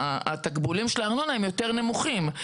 התקבולים של הארנונה יותר נמוכים.